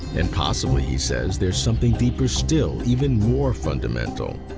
and possibly, he says, there's something deeper, still, even more fundamental.